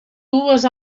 dues